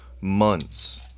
months